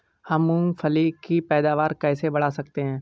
हम मूंगफली की पैदावार कैसे बढ़ा सकते हैं?